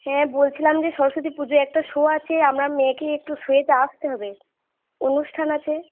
হ্যাঁ বলছিলাম যে সরস্বতী পুজোয় একটা শো আছে আপনার মেয়েকে একটু শোতে আসতে হবে অনুষ্ঠান আছে